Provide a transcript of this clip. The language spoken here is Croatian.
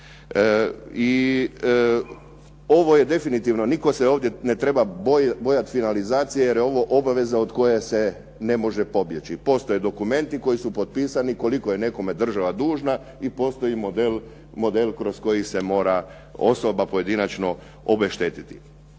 I ovo je definitivno, nitko se ovdje ne treba bojati finalizacije jer je ovo obaveza od koje se ne može pobjeći. Postoje dokumenti koji su potpisani koliko je nekome država dužna i postoj model kroz koji se mora osoba pojedinačno obeštetiti.